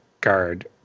guard